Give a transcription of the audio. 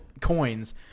Coins